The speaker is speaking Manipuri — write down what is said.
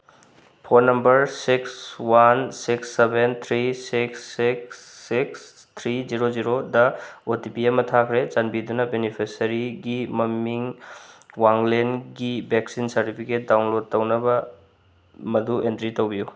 phone number six one six seven three six six six three zero ꯖꯤꯔꯣꯗ ꯑꯣ ꯇꯤ ꯄꯤ ꯑꯃ ꯊꯥꯈ꯭ꯔꯦ ꯆꯥꯟꯕꯤꯗꯨꯅ ꯕꯤꯅꯤꯐꯤꯁꯔꯤꯒꯤ ꯃꯃꯤꯡ ꯋꯥꯡꯂꯦꯟꯒꯤ ꯚꯦꯛꯁꯤꯟ ꯁꯥꯔꯇꯤꯐꯤꯀꯦꯠ ꯗꯥꯎꯟꯂꯣꯠ ꯇꯧꯅꯕ ꯃꯗꯨ ꯑꯦꯟꯇ꯭ꯔꯤ ꯇꯧꯕꯤꯌꯨ